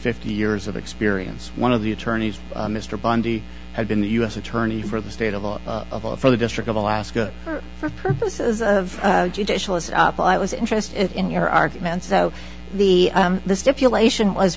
fifty years of experience one of the attorneys mr bundy had been the u s attorney for the state of all of us for the district of alaska for purposes of judicial us up i was interested in your arguments so the the stipulation was